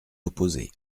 opposer